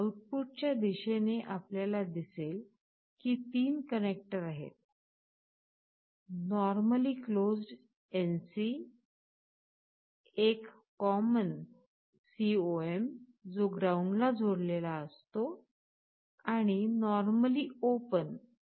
आउटपुटच्या दिशेने आपल्याला दिसले की 3 कनेक्टर आहेत नॉर्मली क्लोज्ड NC एक कॉमन COM जो ग्राउंडला जोडलेला असतो आणि नॉर्मली ओपन NO